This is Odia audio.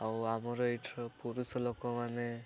ଆଉ ଆମର ଏଇଠିର ପୁରୁଷ ଲୋକମାନେ